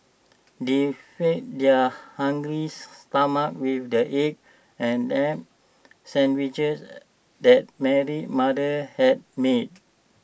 they fed their hungry stomachs with the egg and sandwiches that Mary's mother had made